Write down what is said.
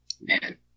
Man